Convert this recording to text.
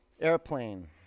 Airplane